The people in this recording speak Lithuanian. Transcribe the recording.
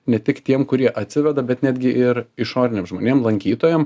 ne tik tiem kurie atsiveda bet netgi ir išoriniam žmonėm lankytojam